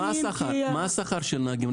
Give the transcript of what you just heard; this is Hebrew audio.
מה השכר של נהגים?